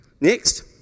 Next